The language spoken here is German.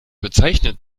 bezeichnet